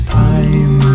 time